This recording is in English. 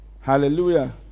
Hallelujah